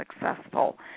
successful